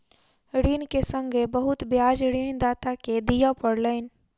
ऋण के संगै बहुत ब्याज ऋणदाता के दिअ पड़लैन